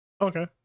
Okay